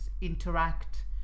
interact